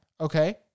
Okay